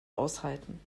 aushalten